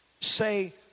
say